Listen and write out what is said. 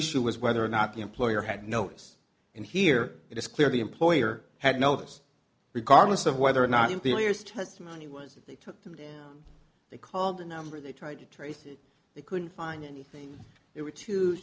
issue was whether or not the employer had notice and here it is clear the employer had noticed regardless of whether or not employers testimony was if they took them down they called a number they tried to trace it they couldn't find anything there were t